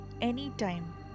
anytime